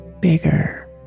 bigger